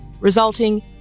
resulting